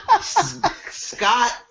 Scott